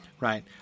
right